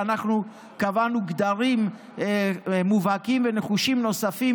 ואנחנו קבענו גדרים מובהקים ונחושים נוספים